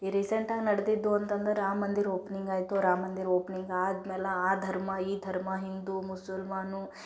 ಈ ರಿಸೆಂಟಾಗಿ ನಡೆದಿದ್ದು ಅಂತಂದ್ರೆ ರಾಮ ಮಂದಿರ ಓಪ್ನಿಂಗ್ ಆಯಿತು ರಾಮ ಮಂದಿರ ಓಪ್ನಿಂಗ್ ಆದ ಮೇಲೆ ಆ ಧರ್ಮ ಈ ಧರ್ಮ ಹಿಂದೂ ಮುಸುಲ್ಮಾನು